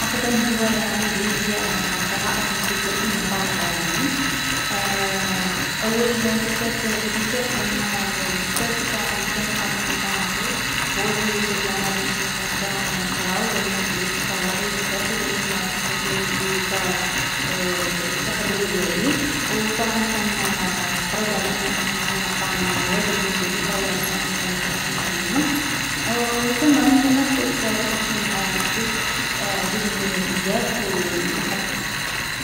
أٌقدم هواية عندي هي الـ قراءة الكتب، المطالعة يعني. أول كتاب بديته كان الـ الأستاذ نتاعنا لي كان يقريني فرونسي هو لي شجّعنا باش نـ نبداو نقراو. قالنا بلي اختارو أي كتاب و لازم الحصة الجابة تجو تـ تهدرولي عليه، و طبعا كان فرض علينا أن، تسمالا عطانا واجب منزلي، فرض علينا أننا نبداو نتعلموه. و تما من تما بدات رحلتي مع الكتب عجبني بزاف و و ما حبستش.